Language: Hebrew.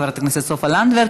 חברת הכנסת סופה לנדבר.